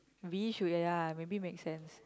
we should ya maybe make sense